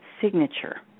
signature